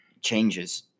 changes